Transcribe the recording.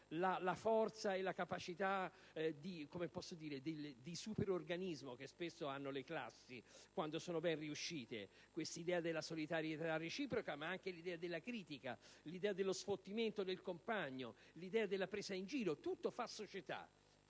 la forza e la capacità di "super organismo" che spesso hanno le classi quando sono ben riuscite? Questa idea della solidarietà reciproca, ma anche l'idea della critica, l'idea dello sfottimento del compagno, l'idea della presa in giro: tutto fa società.